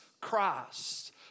Christ